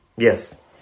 Yes